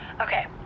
Okay